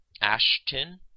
Ashton